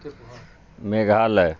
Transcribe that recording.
Meghalaya